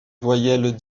voyelles